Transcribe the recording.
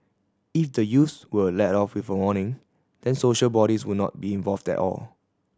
if the youths were let off with a warning then social bodies would not be involved at all